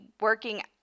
working